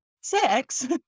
sex